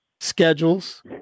schedules